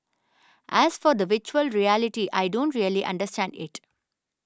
as for the Virtual Reality I don't really understand it